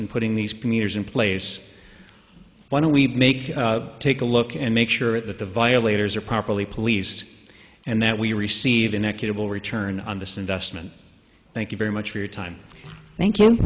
xin putting these commuters in place why don't we make take a look and make sure that the violators are properly policed and that we receive an equitable return on this investment thank you very much for your time thank you